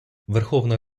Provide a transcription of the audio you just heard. верховна